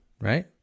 right